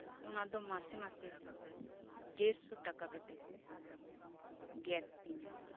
ᱚᱱᱟᱫᱚ ᱢᱟᱥᱮ ᱢᱟᱥᱮ ᱰᱮᱲᱥᱚ ᱴᱟᱠᱟ ᱠᱟᱛᱮᱜᱠᱩ ᱜᱮᱛ ᱛᱤᱧᱟᱹ